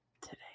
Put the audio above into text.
today